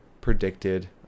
predicted